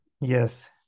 Yes